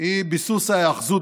היא ביסוס ההיאחזות